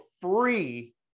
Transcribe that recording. free